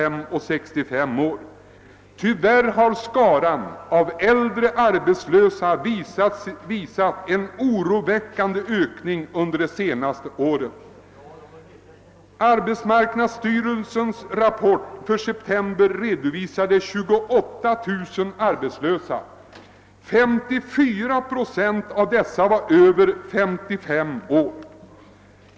Tyvärr har skaran av äldre arbetslösa visat en oroväckande ökning under de senaste åren. Arbetsmarknadsstyrelsens rapport för september redovisade 28 000 arbetslösa, och 54 procent av dessa var över 55 år.